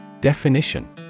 Definition